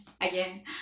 again